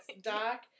Doc